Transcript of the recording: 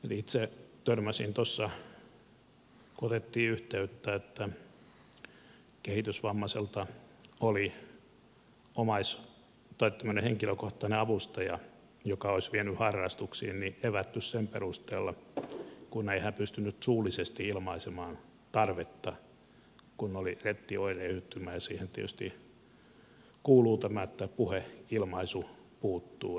itse törmäsin tuossa sellaiseen kun otettiin yhteyttä että kehitysvammaiselta oli henkilökohtainen avustaja joka olisi vienyt harrastuksiin evätty sen perusteella että hän ei pystynyt suullisesti ilmaisemaan tarvetta kun oli rettin oireyhtymä johon kuuluu tämä että puheilmaisu puuttuu